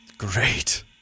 Great